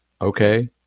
okay